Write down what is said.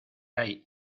hay